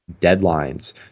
deadlines